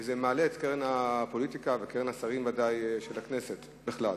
וזה מעלה את קרן הפוליטיקה ואת קרנם של השרים בוודאי ושל הכנסת בכלל.